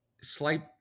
slight